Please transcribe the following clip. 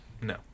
No